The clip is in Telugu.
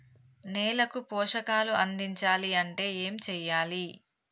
నేలకు పోషకాలు అందించాలి అంటే ఏం చెయ్యాలి?